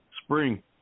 spring